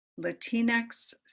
Latinx